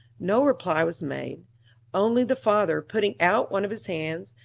no reply was made only the father, putting out one of his hands,